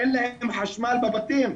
אין להם חשמל בבתים,